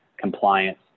compliance